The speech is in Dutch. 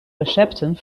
recepten